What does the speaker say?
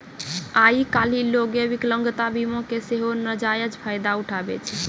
आइ काल्हि लोगें विकलांगता बीमा के सेहो नजायज फायदा उठाबै छै